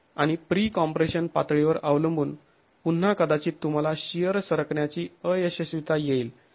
आणि pre compression पातळीवर अवलंबून पुन्हा कदाचित तुम्हाला शिअर सरकण्याची अयशस्विता येईल किंवा भिंतीचेच रॉकिंग मिळेल